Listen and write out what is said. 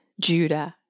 Judah